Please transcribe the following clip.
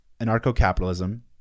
Anarcho-capitalism